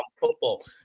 football